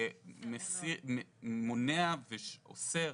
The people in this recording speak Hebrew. שמונע ואוסר